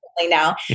now